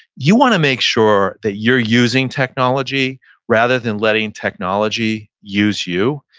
you want to make sure that you're using technology rather than letting technology use you.